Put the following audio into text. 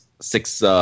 Six